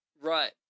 Right